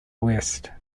west